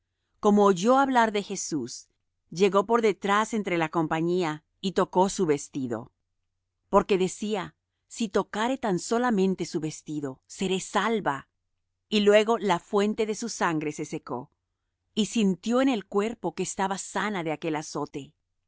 como oyó hablar de jesús llegó por detrás entre la compañía y tocó su vestido porque decía si tocare tan solamente su vestido seré salva y luego la fuente de su sangre se secó y sintió en el cuerpo que estaba sana de aquel azote